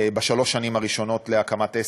בשלוש שנים הראשונות להקמת עסק,